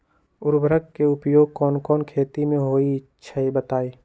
उर्वरक के उपयोग कौन कौन खेती मे होई छई बताई?